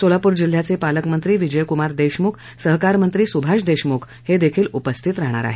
सोलापूर जिल्ह्याचे पालकमंत्री विजयकुमार देशमुख सहकार मंत्री सुभाष देशमुख उपस्थित असणार आहेत